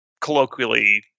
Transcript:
colloquially